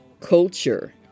culture